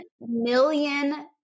million